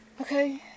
Okay